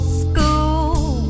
school